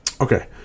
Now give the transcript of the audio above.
Okay